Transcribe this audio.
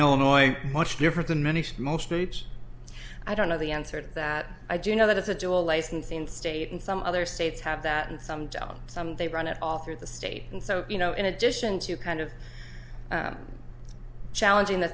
illinois much different than many most groups i don't know the answer to that i do know that it's a dual licensing state and some other states have that and some jobs they run it all through the state and so you know in addition to kind of challenging the